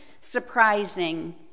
surprising